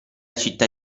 città